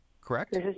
correct